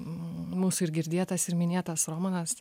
mūsų ir girdėtas ir minėtas romanas